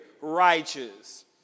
righteous